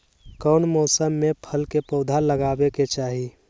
कौन मौसम में फल के पौधा लगाबे के चाहि?